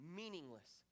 meaningless